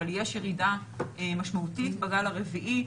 אבל יש ירידה משמעותית בגל הרביעי.